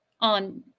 on